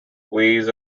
ways